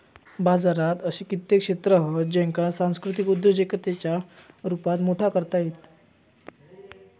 बाजारात असे कित्येक क्षेत्र हत ज्येंका सांस्कृतिक उद्योजिकतेच्या रुपात मोठा करता येईत